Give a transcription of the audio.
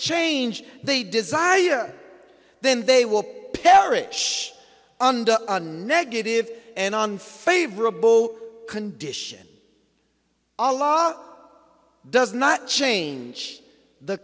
change they desire year then they will perish under negative and on favorable condition a law does not change the